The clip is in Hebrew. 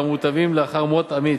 והמוטבים לאחר מות עמית.